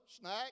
snack